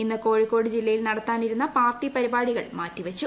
ഇന്ന് കോഴിക്കോട് ജില്ലയിൽ നടത്താനിരുന്ന പാർട്ടിപരിപാടികൾ മാറ്റിവെച്ചു